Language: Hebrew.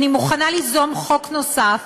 אני מוכנה ליזום חוק נוסף,